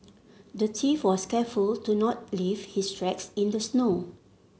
the thief was careful to not leave his tracks in the snow